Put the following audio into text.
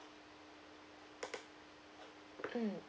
mm